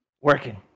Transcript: Working